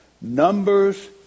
Numbers